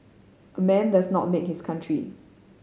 a man does not make is a country